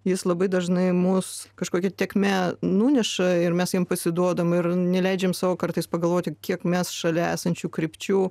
jis labai dažnai mus kažkokia tėkme nuneša ir mes jam pasiduodam ir neleidžiame sau kartais pagalvoti kiek mes šalia esančių krypčių